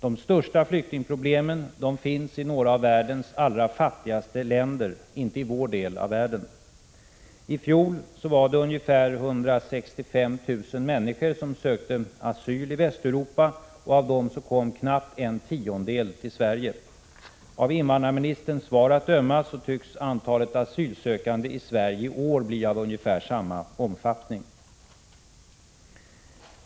De största flyktingproblemen finns i några av världens allra fattigaste länder — inte i vår del av världen. I fjol var det ungefär 165 000 människor som sökte asyli Västeuropa. Av dem kom knappt en tiondel till Sverige. Av invandrarministerns svar att döma tycks antalet asylsökande i Sverige i år bli av ungefär samma omfattning.